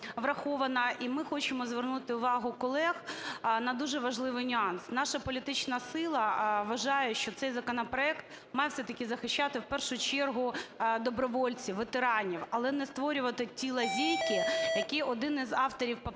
і ми хочемо звернути увагу колег на дуже важливий нюанс. Наша політична сила вважає, що цей законопроект має все-таки захищати в першу чергу добровольців, ветеранів, але не створювати ті лазейки, який один із авторів поправок